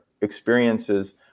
experiences